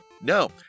No